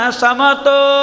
samato